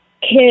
kids